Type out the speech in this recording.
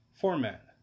format